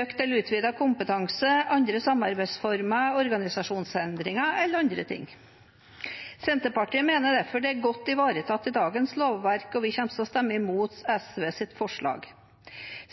økt eller utvidet kompetanse, andre samarbeidsformer, organisasjonsendringer eller andre ting. Senterpartiet mener derfor dette er godt ivaretatt i dagens lovverk, og vi kommer til å stemme imot SVs forslag.